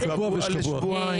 יש קבוע ויש קבוע.